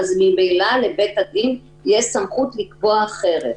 אז ממילא לבית הדין יש סמכות לקבוע אחרת.